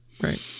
right